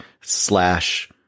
slash